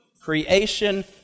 creation